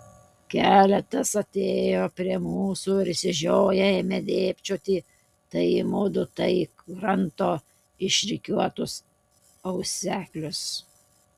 keletas atėjo prie mūsų ir išsižioję ėmė dėbčioti tai į mudu tai į granto išrikiuotus auseklius